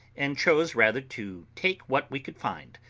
and chose rather to take what we could find,